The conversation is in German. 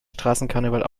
straßenkarneval